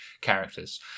characters